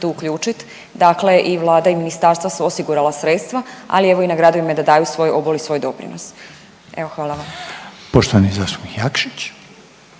uključit, dakle i Vlada i ministarstva su osigurala sredstva, ali evo i na gradovima je da daju svoj obol i svoj doprinos. Evo hvala vam. **Reiner, Željko